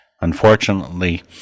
Unfortunately